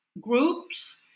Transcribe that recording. groups